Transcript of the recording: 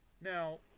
Now